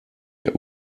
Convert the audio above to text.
der